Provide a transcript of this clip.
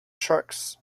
sharks